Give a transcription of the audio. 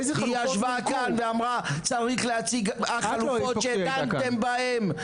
היא ישבה כאן ואמרה: צריך להציג חלופות שדנתם בהן.